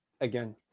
again